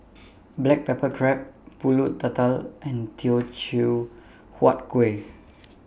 Black Pepper Crab Pulut Tatal and Teochew Huat Kuih